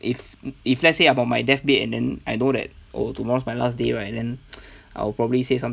if if let's say I'm on my deathbed and then I know that oh tomorrow's my last day right then I'll probably say some